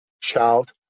Child